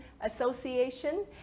Association